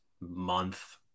month